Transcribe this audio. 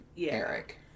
Eric